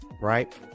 right